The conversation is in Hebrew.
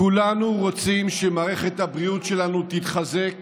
כולנו רוצים שמערכת הבריאות שלנו תתחזק